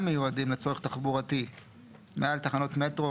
מיועדים לצורך תחבורתי מעל תחנות מטרו,